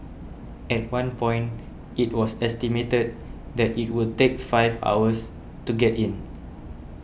at one point it was estimated that it would take five hours to get in